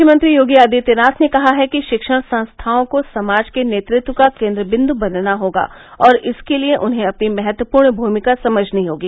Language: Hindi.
मुख्यमंत्री योगी आदित्यनाथ ने कहा है कि शिक्षण संस्थाओं को समाज के नेतृत्व का केन्द्र बिन्दु बनना होगा और इसके लिए उन्हें अपनी महत्वपूर्ण भूमिका समझनी होगी